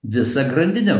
visą grandinę